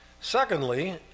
Secondly